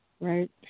Right